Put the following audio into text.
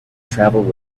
travelled